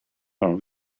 are